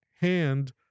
hand